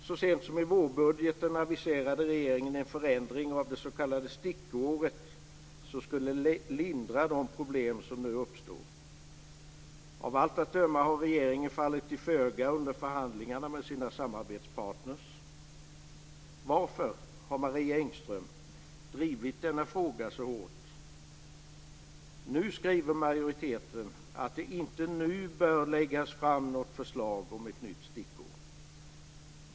Så sent som i vårbudgeten aviserade regeringen en förändring av det s.k. stickåret som skulle lindra de problem som nu uppstår. Av allt att döma har regeringen fallit till föga under förhandlingarna med sina samarbetspartner. Varför har Marie Engström drivit denna fråga så hårt? Majoriteten skriver att det inte nu bör läggas fram något förslag om ett nytt stickår.